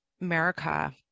America